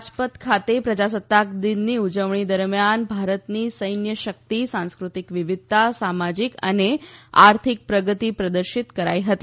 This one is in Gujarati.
રાજપથ ખાતે પ્રજાસત્તાક દિનની ઉજવણી દરમિયાન ભારતની સૈન્ય શક્તિ સાંસ્કૃતિક વિવિધતા સામાજિક અને આર્થિક પ્રગતિ પ્રદર્શિત કરાઇ હતી